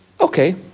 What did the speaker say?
Okay